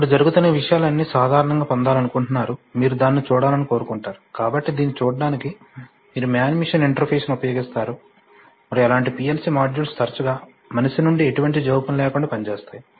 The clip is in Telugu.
అప్పుడు జరుగుతున్న ఈ విషయాలన్నీ సాధారణంగా పొందాలనుకుంటున్నారు మీరు దానిని చూడాలని కోరుకుంటారు కాబట్టి దీనిని చూడటానికి మీరు మ్యాన్ మెషిన్ ఇంటర్ఫేస్ను ఉపయోగిస్తారు మరియు అలాంటి PLC మాడ్యూల్స్ తరచుగా మనిషి నుండి ఎటువంటి జోక్యం లేకుండా పనిచేస్తాయి